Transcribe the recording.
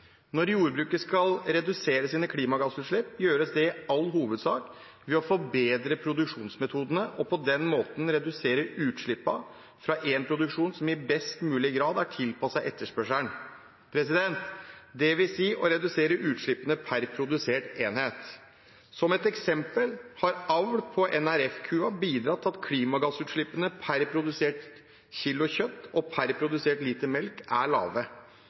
Når jordbruket skal redusere sine klimagassutslipp, gjøres det i all hovedsak ved å forbedre produksjonsmetodene og på den måten redusere utslippene fra en produksjon som i best mulig grad er tilpasset etterspørselen, dvs. å redusere utslippene per produsert enhet. Som et eksempel har avl på NRF-kua bidratt til at klimagassutslippene per produsert kilo kjøtt og per produsert liter melk er lave,